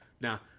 Now